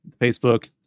Facebook